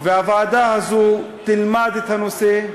והוועדה הזו תלמד את הנושא,